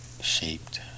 shaped